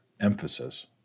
emphasis